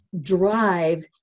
drive